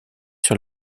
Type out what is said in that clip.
sur